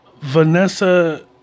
Vanessa